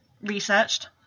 researched